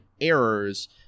errors